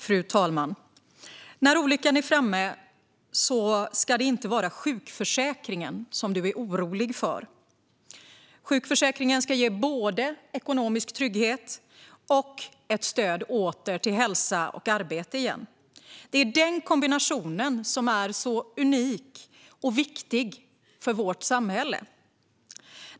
Fru talman! När olyckan är framme ska det inte vara sjukförsäkringen som man är orolig för. Sjukförsäkringen ska ge både ekonomisk trygghet och stöd åter till hälsa och arbete igen. Det är den kombinationen som är så unik och viktig för vårt samhälle.